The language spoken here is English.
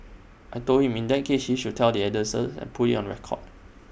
I Told him in that case he should tell the and put IT on record